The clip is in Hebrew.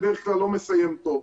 בדרך כלל לא מסיים טוב.